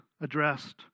addressed